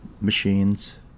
machines